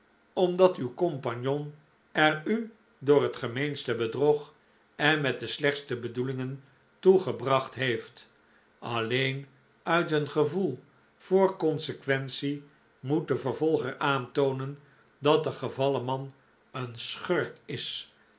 omdat uw compagnon er u door het gemeenste bedrog en met de slechtste bedoelingen toe gebracht heeft alleen uit een gevoel voor consequentie moet de vervolger aantoonen dat de gevallen man een schurk is